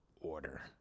order